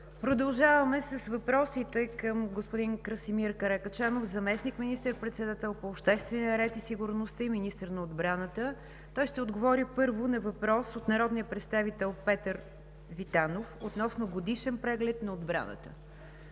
Продължаваме с въпросите към господин Красимир Каракачанов – заместник министър-председател по обществения ред и сигурността и министър на отбраната. Той ще отговори първо на въпрос от народния представител Петър Витанов относно годишен преглед на отбраната.